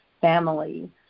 family